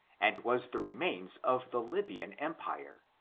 and was the remains of the lybian empire,